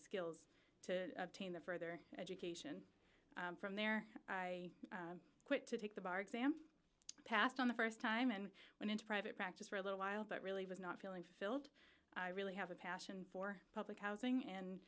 skills to obtain the further education from there i quit to take the bar exam passed on the st time and went into private practice for a little while but really was not feeling filled i really have a passion for public housing and